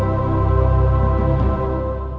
or